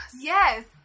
Yes